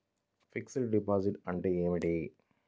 Fixed డిపాజిట్లు అంటే ఏమిటి?